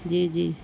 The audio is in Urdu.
جی جی